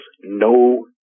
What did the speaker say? no